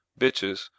bitches